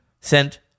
sent